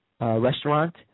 restaurant